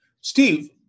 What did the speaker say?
Steve